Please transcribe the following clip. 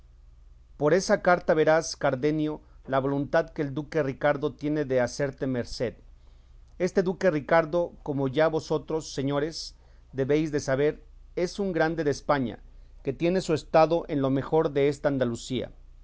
por esa carta verás cardenio la voluntad que el duque ricardo tiene de hacerte merced este duque ricardo como ya vosotros señores debéis de saber es un grande de españa que tiene su estado en lo mejor desta andalucía